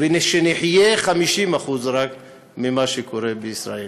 ונחיה רק 50% כמו מה שקורה בישראל.